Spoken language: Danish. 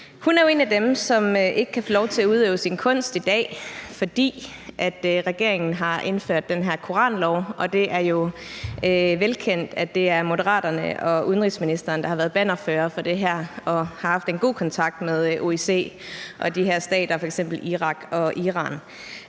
Hun er jo en af dem, som ikke kan få lov til at udøve sin kunst i dag, fordi regeringen har indført den her koranlov. Det er jo velkendt, at det er Moderaterne og udenrigsministeren, der har været bannerfører for det her og har haft en god kontakt med OIC og de her stater, f.eks. Irak og Iran.